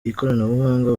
ikoranabuhanga